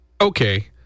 Okay